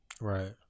Right